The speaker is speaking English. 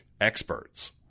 experts